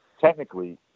technically